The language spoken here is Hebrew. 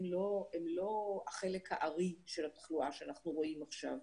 הן לא החלק הארי של התחלואה שאנחנו רואים עכשיו.